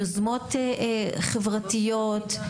יוזמות חברתיות,